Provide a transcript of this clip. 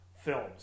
films